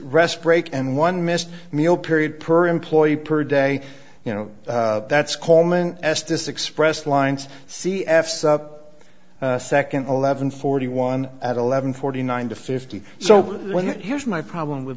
rest break and one missed meal period per employee per day you know that's coleman estis express lines c f's up second eleven forty one at eleven forty nine to fifty so when it here's my problem with